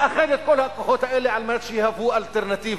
לאחד את כל הכוחות האלה על מנת שיהוו אלטרנטיבה.